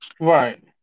Right